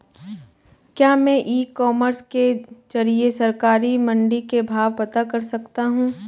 क्या मैं e commerce के ज़रिए सरकारी मंडी के भाव पता कर सकता हूँ?